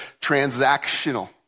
transactional